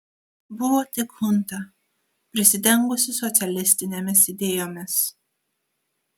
buvo tik chunta prisidengusi socialistinėmis idėjomis